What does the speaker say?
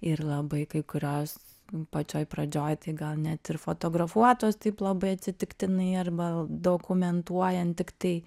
ir labai kai kurios pačioj pradžioj tai gal net ir fotografuotos taip labai atsitiktinai arba dokumentuojant tiktai